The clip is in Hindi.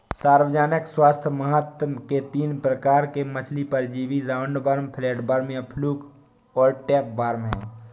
सार्वजनिक स्वास्थ्य महत्व के तीन प्रकार के मछली परजीवी राउंडवॉर्म, फ्लैटवर्म या फ्लूक और टैपवार्म है